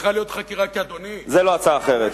צריכה להיות חקירה, כי, אדוני, זו לא הצעה אחרת.